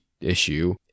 issue